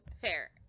Fair